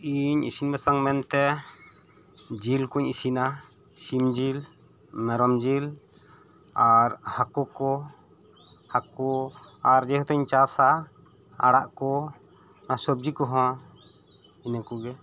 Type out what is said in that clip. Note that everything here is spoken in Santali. ᱤᱧ ᱤᱥᱤᱱ ᱵᱟᱥᱟᱝ ᱢᱮᱱ ᱛᱮ ᱡᱤᱞ ᱠᱩᱧ ᱤᱥᱤᱱᱟ ᱥᱤᱢ ᱡᱤᱞ ᱢᱮᱨᱚᱢ ᱡᱤᱞ ᱟᱨ ᱦᱟᱹᱠᱳ ᱠᱚ ᱦᱟᱠᱳ ᱟᱨ ᱡᱮᱦᱮᱛᱩᱧ ᱪᱟᱥᱟ ᱟᱲᱟᱜ ᱠᱚ ᱟ ᱥᱚᱵᱡᱤ ᱠᱚᱦᱚᱸ ᱤᱱᱟᱹ ᱠᱚᱜᱮ